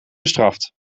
bestraft